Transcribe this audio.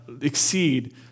exceed